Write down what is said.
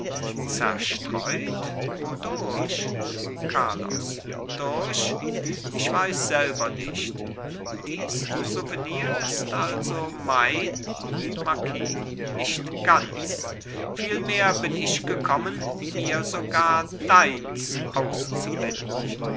zerstreut wodurch carlos durch ich weiß selber nicht dies souvenir ist also mein marquis nicht ganz vielmehr bin ich gekommen mir sogar deins auszubitten